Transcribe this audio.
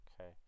okay